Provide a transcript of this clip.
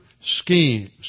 schemes